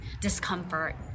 discomfort